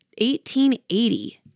1880